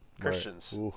Christians